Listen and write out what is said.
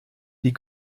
die